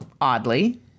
Oddly